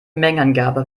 mengenangabe